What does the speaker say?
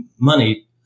money